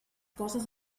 coses